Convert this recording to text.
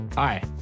Hi